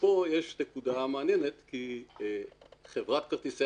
וכאן יש נקודה מעניינת כי חברת כרטיסי